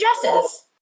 dresses